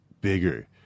bigger